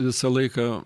visą laiką